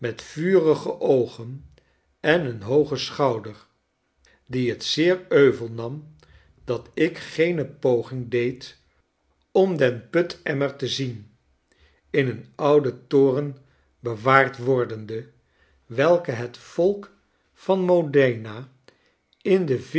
vurige oogen en een hoogen schouder die het zeer euvel nam dat ik geene poging deed om den putemmer te zien in een ouden toren bewaard wordende welken het volk van mo den a in de